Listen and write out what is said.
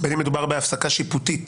בין אם מדובר בהפסקה שיפוטית